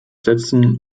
setzen